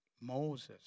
Moses